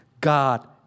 God